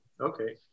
okay